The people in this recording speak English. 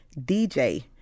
DJ